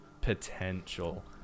Potential